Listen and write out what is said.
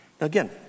Again